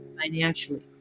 financially